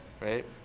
right